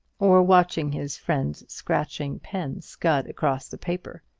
or watching his friend's scratching pen scud across the paper.